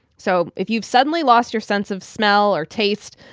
so if you've suddenly lost your sense of smell or taste,